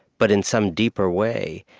but in some deeper way,